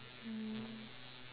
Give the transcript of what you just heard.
mm